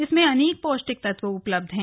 इसमें अनेक पौष्टिक तत्व उपलब्ध हैं